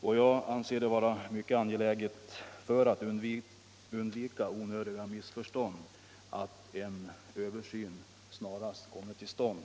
För att undvika onödiga missförstånd anser jag det vara mycket angeläget att en översyn där snarast kommer till stånd.